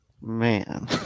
Man